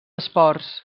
esports